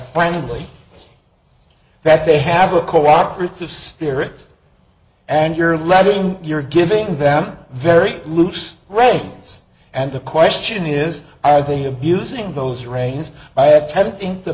finally that they have a co operative spirit and you're letting your giving them very loose ranks and the question is as they abusing those reins by attempting to